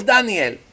Daniel